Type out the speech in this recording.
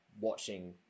watching